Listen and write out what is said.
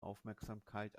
aufmerksamkeit